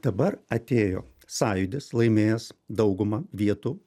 dabar atėjo sąjūdis laimėjęs daugumą vietų